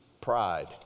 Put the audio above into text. pride